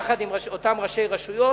יחד עם אותם ראשי רשויות,